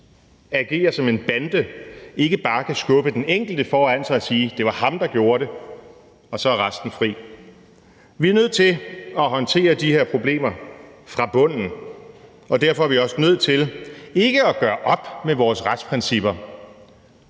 agerer som en bande, ikke bare kan skubbe den enkelte foran sig og sige, at det var ham, der gjorde det, og så er resten fri. Vi er nødt til at håndtere de her problemer fra bunden, og derfor er vi også nødt til ikke at gøre op med vores retsprincipper,